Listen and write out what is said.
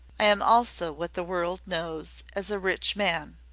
i am also what the world knows as a rich man.